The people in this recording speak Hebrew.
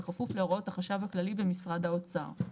בכפוף להוראות החשב הכללי במשרד האוצר.